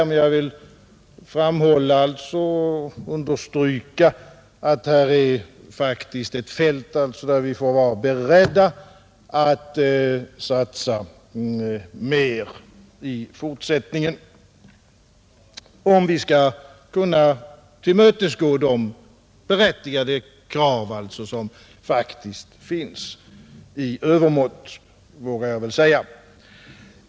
Man jag vill understryka att här är faktiskt ett fält där vi får vara beredda att satsa mer i fortsättningen, om vi skall kunna tillmötesgå de berättigade krav som faktiskt finns i övermått, vågar jag väl säga.